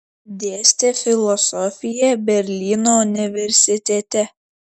dėstė filosofiją berlyno universitete